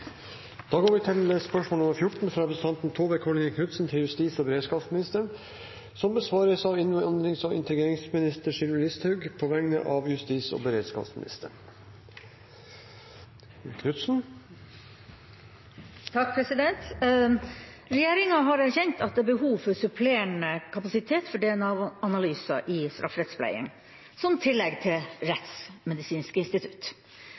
fra representanten Tove Karoline Knutsen til justis- og beredskapsministeren, vil bli besvart at innvandrings- og integreringsministeren på vegne av justis- og beredskapsministeren. «Regjeringen har erkjent at det er behov for supplerende kapasitet for DNA-analyser i strafferettspleien, som tillegg til Rettsmedisinsk institutt.